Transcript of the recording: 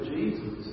Jesus